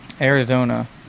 Arizona